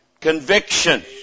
convictions